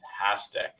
fantastic